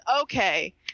okay